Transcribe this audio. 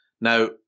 now